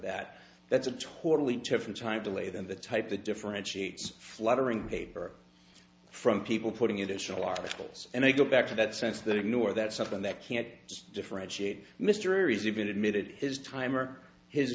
that that's a totally different time delay than the type that differentiates fluttering paper from people putting edition large holes and they go back to that sense that ignore that something that can't differentiate mysteries even admitted his time or his